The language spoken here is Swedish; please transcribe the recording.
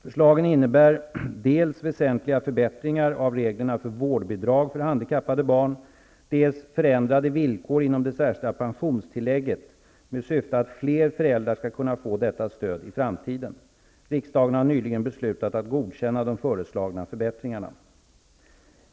Förslagen innebär dels väsentliga förbättringar av reglerna för vårdbidrag för handikappade barn, dels förändrade villkor inom det särskilda pensionstillägget med syfte att fler föräldrar skall kunna få detta stöd i framtiden. Riksdagen har nyligen beslutat att godkänna de föreslagna förbättringarna.